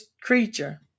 creature